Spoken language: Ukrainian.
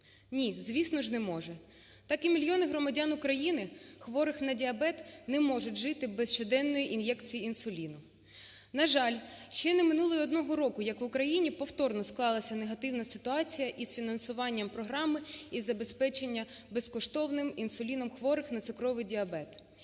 Ні, звісно ж, не може. Так і мільйони громадян України, хворі на діабет, не можуть жити без щоденної ін'єкції інсуліну. На жаль, ще не минулого й одного року, як в Україні повторно склалась негативна ситуація з фінансуванням програми із забезпечення безкоштовним інсуліном хворих на цукровий діабет.